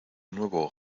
nuevo